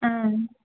ஆ